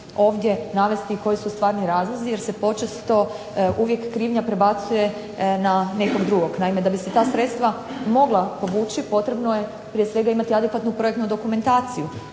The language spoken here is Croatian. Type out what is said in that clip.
ovdje navesti koji su stvarni razlozi jer se počesto uvijek krivnja prebacuje na nekog drugog. Naime, da bi se ta sredstva mogla povući potrebno je prije svega imati kvalitetnu adekvatnu projektnu dokumentaciju,